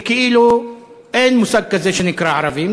שכאילו אין מושג כזה שנקרא ערבים,